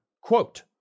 quote